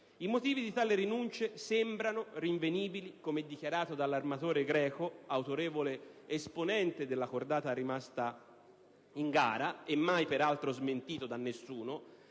I motivi di tali rinunce sembrano rinvenibili - come dichiarato dall'armatore greco, autorevole esponente della cordata rimasta in gara, e peraltro mai smentito - nella